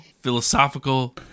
philosophical